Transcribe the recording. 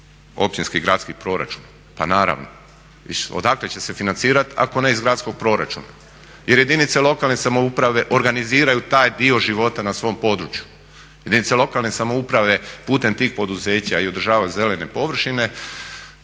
općinskih, gradskih proračuna. Pa naravno, odakle će se financirati ako ne iz gradskog proračuna, jer jedinice lokalne samouprave organiziraju taj dio života na svom području. Jedinice lokalne samouprave putem tih poduzeća i održavanjem zelene površine